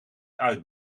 uit